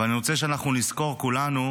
אבל אני רוצה שאנחנו נזכור כולנו